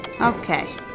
Okay